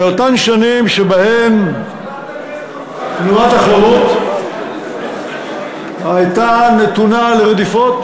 מאותן שנים שבהן תנועת החרות הייתה נתונה לרדיפות,